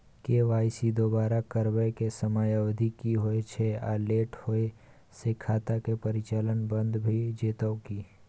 KYC दोबारा करबै के समयावधि की होय छै आ लेट होय स खाता के परिचालन बन्द भ जेतै की?